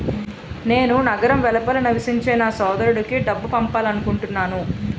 నేను నగరం వెలుపల నివసించే నా సోదరుడికి డబ్బు పంపాలనుకుంటున్నాను